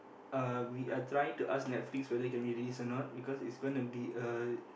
uh we are trying to ask Netflix whether can release or not because it's gonna be a